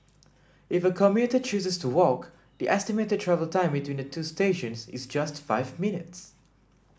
if a commuter chooses to walk the estimated travel time between the two stations is just five minutes